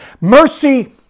Mercy